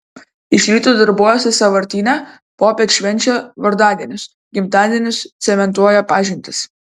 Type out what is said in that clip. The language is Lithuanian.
iš ryto darbuojasi sąvartyne popiet švenčia vardadienius gimtadienius cementuoja pažintis